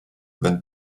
wenn